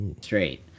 Straight